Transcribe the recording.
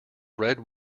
red